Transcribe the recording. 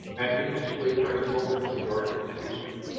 and potentially for enrollments at your institution.